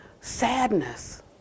sadness